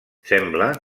sembla